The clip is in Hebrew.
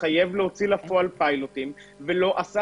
התחייב להוציא לפועל פיילוטים ולא עשה